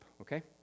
okay